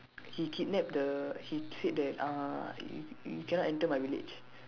he kidnap the he said that uh you you cannot enter my village